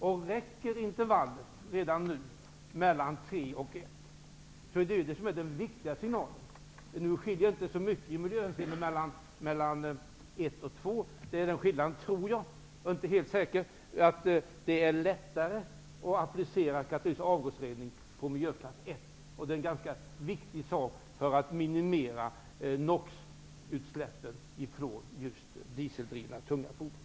Om intervallet mellan klass 3 och 1 redan nu räcker är ju det den viktiga signalen. Det skiljer inte så mycket i miljöhänseende mellan klass 1 och 2. Jag tror, men jag är inte helt säker, att skillnaden är att det är lättare att applicera avgasrening i miljöklass 1. Det är ganska viktigt för att minimera NOxutsläppen ifrån just dieseldrivna tunga fordon.